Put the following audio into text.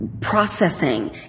processing